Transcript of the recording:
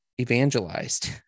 evangelized